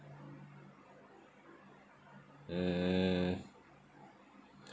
uh